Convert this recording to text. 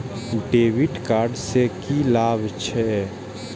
डेविट कार्ड से की लाभ छै?